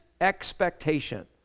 expectation